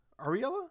Ariella